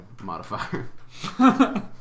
modifier